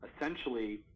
essentially